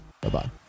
Bye-bye